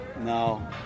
no